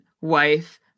wife